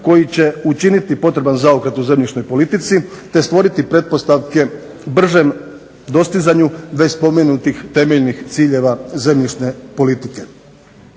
koji će učiniti potreban zaokret u zemljišnoj politici te stvoriti pretpostavke bržem dostizanju već spomenutih temeljnih ciljeva zemljišne politike.